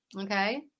okay